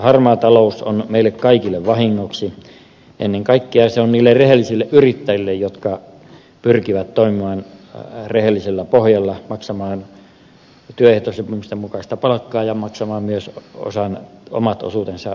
harmaa talous on meille kaikille vahingoksi ennen kaikkea se on sitä niille rehellisille yrittäjille jotka pyrkivät toimimaan rehellisellä pohjalla maksamaan työehtosopimusten mukaista palkkaa ja maksamaan myös omat osuutensa sosiaaliturvamaksuista